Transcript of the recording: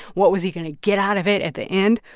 what was he going to get out of it at the end?